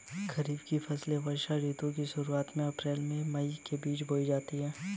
खरीफ की फसलें वर्षा ऋतु की शुरुआत में अप्रैल से मई के बीच बोई जाती हैं